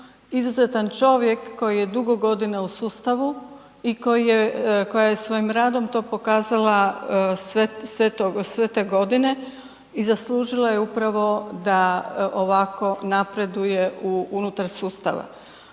izuzetan čovjek koji je dugo godina u sustavu i koja je svojim radom to pokazala sve to sve te godine i zaslužila je upravo da ovako napreduje unutar sustava.